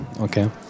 okay